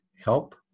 help